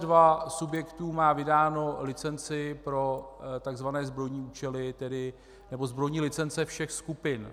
2 122 subjektů má vydáno licenci pro takzvané zbrojní účely nebo zbrojní licence všech skupin.